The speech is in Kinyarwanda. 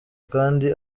kandi